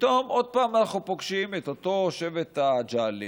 ופתאום עוד פעם אנחנו פוגשים את אותו שבט הג'האלין,